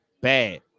bad